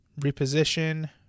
Reposition